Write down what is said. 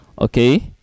Okay